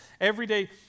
everyday